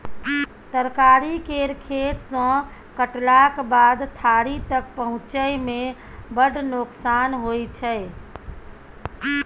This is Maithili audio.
तरकारी केर खेत सँ कटलाक बाद थारी तक पहुँचै मे बड़ नोकसान होइ छै